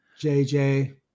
JJ